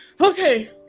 Okay